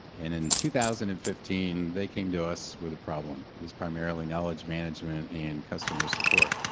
and in two thousand and fifteen, they came to us with a problem. it was primarily knowledge management and customer support.